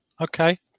Okay